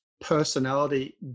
personality